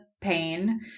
pain